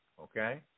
Okay